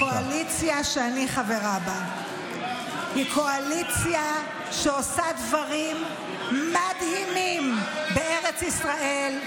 הקואליציה שאני חברה בה היא קואליציה שעושה דברים מדהימים בארץ ישראל.